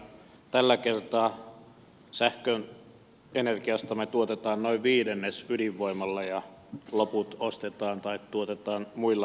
tällä kertaa sähköenergiastamme tuotetaan noin viidennes ydinvoimalla ja loput ostetaan tai tuotetaan muilla menetelmillä